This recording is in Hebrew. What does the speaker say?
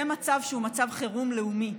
זה מצב שהוא מצב חירום לאומי,